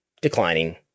declining